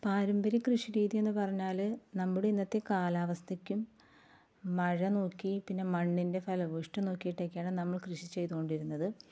പാരമ്പര്യ കൃഷി രീതിയെന്ന് പറഞ്ഞാൾ നമ്മുടെ ഇന്നത്തെ കാലാവസ്ഥയ്ക്കും മഴ നോക്കി പിന്നെ മണ്ണിൻ്റെ ഫലഭൂയിഷ്ഠി നോക്കിയിട്ടൊക്കെയാണ് നമ്മൾ കൃഷി ചെയ്തുകൊണ്ടിരുന്നത്